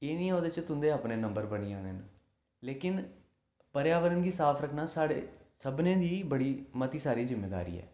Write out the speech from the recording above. एह् निं ऐ कि तुं'दे अपने नंबर बनी जाने लेकिन पर्यावरण गी साफ रक्खना साढ़े सभनें दी मती सारी जिम्मेदारी ऐ